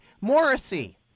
Morrissey